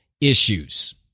issues